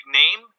name